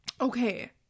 Okay